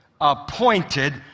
Appointed